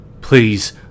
Please